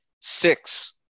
six